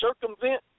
circumvent